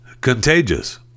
contagious